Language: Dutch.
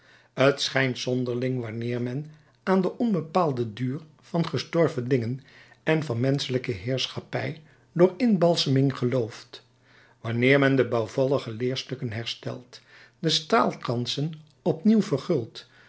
t schijnt zonderling wanneer men aan den onbepaalden duur van gestorven dingen en van menschelijke heerschappij door inbalseming gelooft wanneer men de bouwvallige leerstukken herstelt de straalkransen opnieuw